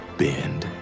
bend